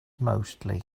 mostly